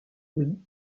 oui